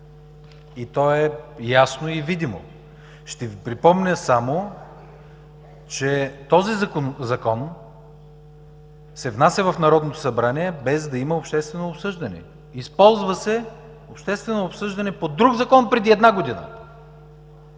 Това е ясно и видимо. Ще Ви припомня само, че този Закон се внася в Народното събрание без да има обществено обсъждане. Използва се обществено обсъждане по друг закон преди една година.